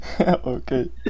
Okay